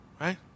right